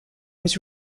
was